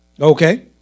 Okay